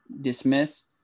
dismiss